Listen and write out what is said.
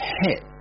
hit